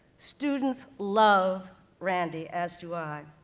students love randy, as do i,